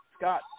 Scott